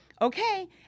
okay